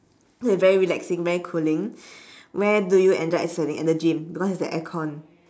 very relaxing very cooling where do you enjoy exercising at the gym because there's the aircon